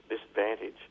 disadvantage